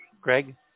Greg